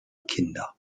kinder